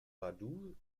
vaduz